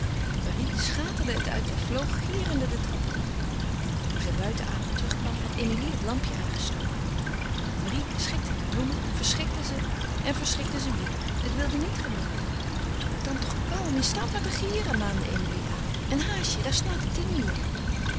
marie schaterde het uit en vloog gierende de trap af toen zij buiten adem terugkwam had emilie het lampje aangestoken marie schikte de bloemen verschikte ze en verschikte ze weêr het wilde niet gelukken doe het dan toch kalm je staat maar te gieren maande emilie aan en haast je daar slaat het tien uur